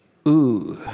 ooh.